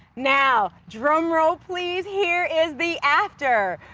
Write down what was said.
now, drum roll, please. here is the after!